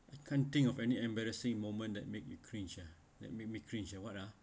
I can't think of any embarrassing moment that made you cringe ah that made me cringe ah what lah